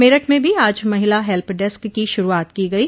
मेरठ में भी आज महिला हेल्प डस्क की शुरूआत की गयी